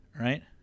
right